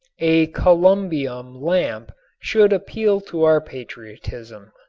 a columbium lamp should appeal to our patriotism.